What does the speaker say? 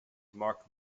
marked